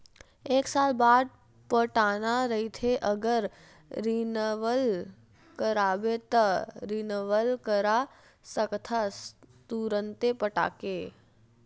एक साल बाद पटाना रहिथे अगर रिनवल कराबे त रिनवल करा सकथस तुंरते पटाके